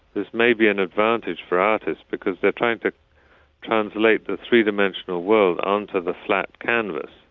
this may be an advantage for artists because they're trying to translate the three-dimensional world on to the flat canvas.